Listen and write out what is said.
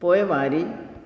पोइवारी